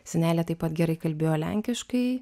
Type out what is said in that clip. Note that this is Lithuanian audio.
senelė taip pat gerai kalbėjo lenkiškai